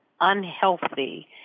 unhealthy